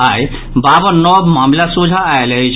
आई बाबन नव मामिला सोंझा आयल अछि